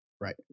Right